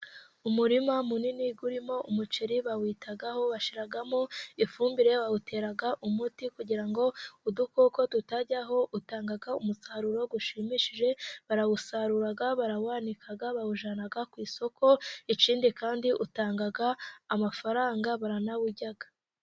Umurima munini urimo umuceri bawitaho, bashiramo ifumbire, bawutera umuti kugira ngo udukoko tutajyaho, utanga umusaruro ushimishije, barawusarura, barawanika, bawujyana ku isoko, ikindi kandi utanga amafaranga baranawurya.